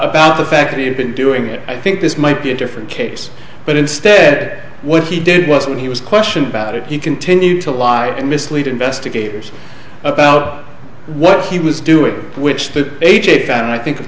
about the fact that he'd been doing it i think this might be a different case but instead what he did was when he was questioned about it you continued to lie and mislead investigators about what he was doing which the a j got and i think